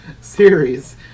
series